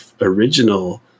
original